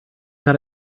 got